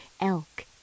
elk